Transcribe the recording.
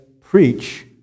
preach